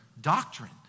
doctrine